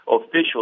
official